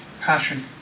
passion